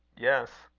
yes,